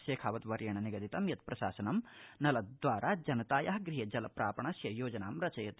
शेखावत वर्येण निगदितं यत् प्रशासनं नल द्वारा जनताया गृहे जल प्रापणस्य योजनां रचयति